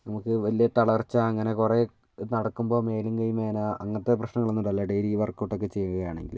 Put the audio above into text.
നമുക്ക് വലിയ തളർച്ച അങ്ങനെ കുറേ നടക്കുമ്പം മേലും കൈയും വേദന അങ്ങനത്തെ പ്രശ്നങ്ങൾ ഒന്നും ഉണ്ടാവില്ല ഡെയിലി ഈ വർക്കൗട്ടൊക്കെ ചെയ്യുകയാണെങ്കിൽ